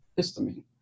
histamine